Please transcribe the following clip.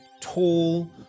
tall